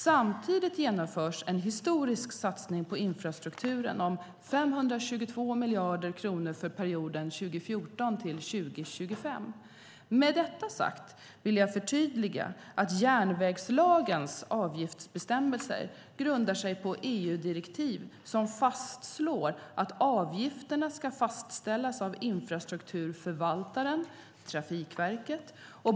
Samtidigt genomförs en historisk satsning på infrastrukturen om 522 miljarder kronor för perioden 2014-2025. Med detta sagt vill jag förtydliga att järnvägslagens avgiftsbestämmelser grundar sig på EU-direktiv som fastslår att avgifterna ska fastställas av infrastrukturförvaltaren, det vill säga Trafikverket.